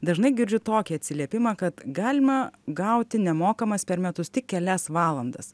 dažnai girdžiu tokį atsiliepimą kad galima gauti nemokamas per metus tik kelias valandas